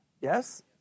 yes